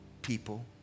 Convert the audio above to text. people